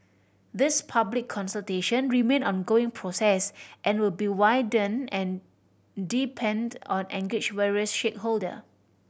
these public consultation remain an ongoing process and will be widened and deepened or engage various stakeholder